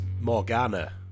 Morgana